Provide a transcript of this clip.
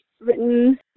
written